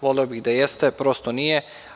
Voleo bih da jeste, ali prosto nije.